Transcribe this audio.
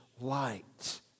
light